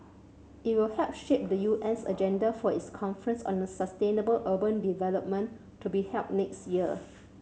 it will help shape the UN's agenda for its conference on the sustainable urban development to be held next year